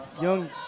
young